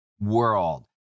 world